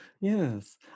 yes